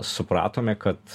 supratome kad